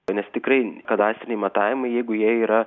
nes tikrai kadastriniai matavimai jeigu jie yra